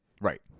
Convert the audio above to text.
Right